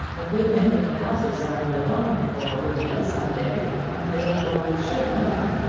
a good many of the houses are your own or will be some day and therefore you should know them.